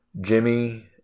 Jimmy